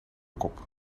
kop